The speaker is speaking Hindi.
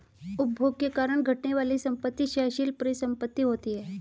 उपभोग के कारण घटने वाली संपत्ति क्षयशील परिसंपत्ति होती हैं